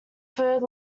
third